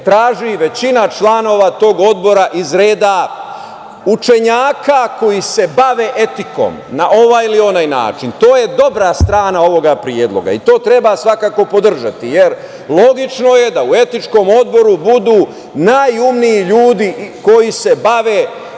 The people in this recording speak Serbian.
traži većina članova tog odbora iz reda učenjaka koji se bave etikom na ovaj ili onaj način. To je dobra strana ovog predloga i to treba svakako podržati jer logično je da u etičkom odboru budu najumniji ljudi koji se bave naučnom